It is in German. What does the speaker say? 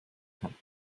kann